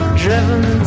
Driven